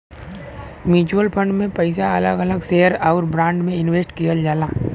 mutual fund में पइसा अलग अलग शेयर आउर बांड में इनवेस्ट किहल जाला